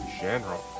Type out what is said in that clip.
general